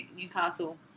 Newcastle